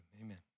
amen